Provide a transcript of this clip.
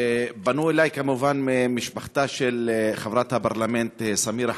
פנתה אלי משפחתה של חברת הפרלמנט סמירה